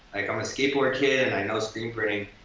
like i'm a skateboard kid and i know screen-printing,